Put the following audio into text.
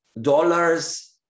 dollars